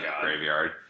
graveyard